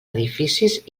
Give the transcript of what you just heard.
edificis